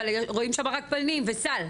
אבל רואים שם רק פנים וסל.